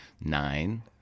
nine